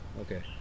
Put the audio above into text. okay